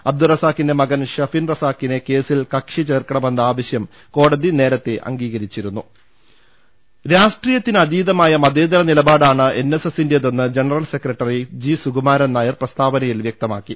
അബ്ദുർറസാഖിന്റെ മകൻ ഷെഫിൻ റസാഖിനെ കേസിൽ കക്ഷി ചേർക്കണമെന്ന ആവശ്യം കോടതി നേരത്തെ അംഗീകരിച്ചിരുന്നു രാഷ്ട്രീയത്തിന് അതീതമായ മതേതര നിലപാടാണ് എൻ എസ് എസിന്റേതെന്ന് general secretary G Sukumaran Nair പ്രസ്താവനയിൽ വ്യക്തമാക്കി